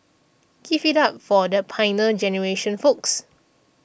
give it up for the Pioneer Generation folks